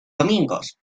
domingos